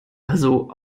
also